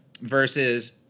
versus